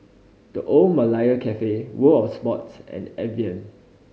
The Old Malaya Cafe World Of Sports and Evian